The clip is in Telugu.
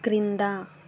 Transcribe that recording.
క్రిందా